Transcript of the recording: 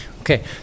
Okay